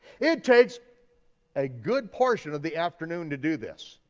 it takes a good portion of the afternoon to do this.